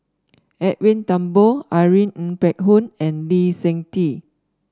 Edwin Thumboo Irene Ng Phek Hoong and Lee Seng Tee